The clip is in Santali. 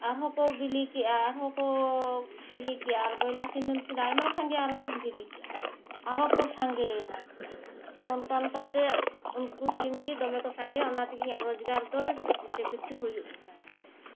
ᱟᱨᱦᱚᱸ ᱠᱚ ᱵᱤᱞᱤ ᱠᱮᱫᱼᱟ ᱟᱨᱦᱚᱸ ᱠᱚ ᱵᱤᱞᱤ ᱠᱮᱫᱼᱟ ᱟᱨ ᱵᱚᱭᱞᱟ ᱥᱤᱢ ᱫᱚ ᱱᱩᱠᱤᱱ ᱟᱭᱢᱟ ᱥᱟᱸᱜᱮᱭᱟ ᱟᱨᱦᱚᱸ ᱠᱤᱱ ᱵᱤᱞᱤ ᱠᱮᱫᱼᱟ ᱟᱨᱦᱚᱸ ᱠᱚ ᱥᱟᱸᱜᱮᱭᱮᱱᱟ ᱛᱳ ᱚᱱᱠᱟᱼᱚᱱᱠᱟᱛᱮ ᱩᱱᱠᱩ ᱥᱤᱢᱜᱮ ᱫᱚᱢᱮ ᱠᱚ ᱥᱟᱸᱜᱮᱭᱮᱱᱟ ᱚᱱᱟ ᱛᱮᱜᱮ ᱤᱧᱟᱹᱜ ᱨᱚᱡᱽᱜᱟᱨ ᱫᱚ ᱡᱚᱛᱚ ᱠᱤᱪᱷᱩ ᱦᱩᱭᱩᱜᱼᱟ ᱫᱷᱩᱨᱟᱹᱣᱮᱱ ᱛᱤᱧᱟᱹ